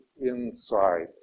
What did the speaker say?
inside